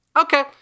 Okay